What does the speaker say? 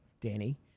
Danny